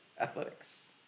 athletics